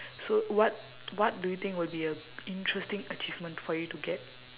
so what what do you think will be a interesting achievement for you to get